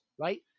right